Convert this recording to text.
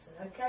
Okay